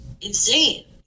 insane